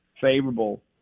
favorable